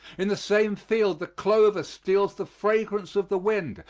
in the same field the clover steals the fragrance of the wind,